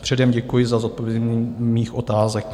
Předem děkuji za zodpovězení mých otázek.